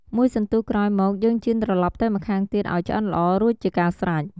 មួយសន្ទុះក្រោយមក យើងចៀនត្រឡប់ទៅម្ខាងទៀតឱ្យឆ្អិនល្អ រួចជាការស្រេច។